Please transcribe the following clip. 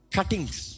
Cuttings